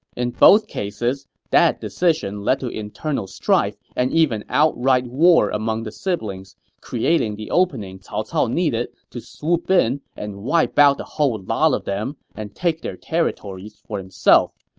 in both cases, that decision led to internal strife and even outright war among the siblings, creating the opening cao cao needed to swoop in and wipe out the whole lot of them and take their territories for himself.